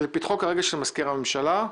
כרגע זה לפתחו של מזכיר הממשלה.